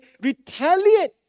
retaliate